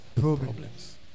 problems